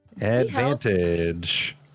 Advantage